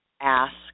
ask